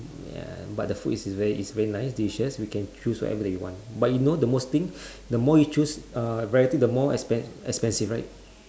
ya but the food is very is very nice delicious we can choose whatever that you want but you know the worst thing the more you choose uh variety the more expen~ expensive right